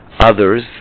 Others